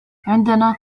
عندنا